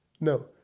No